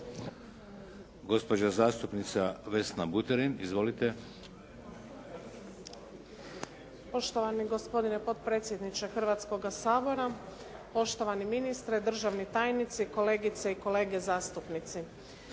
Gospođa zastupnica Vesna Buterin. Izvolite. **Buterin, Vesna (HDZ)** Poštovani gospodine potpredsjedniče Hrvatskoga sabora, poštovani ministre, državni tajnici, kolegice i kolege zastupnici.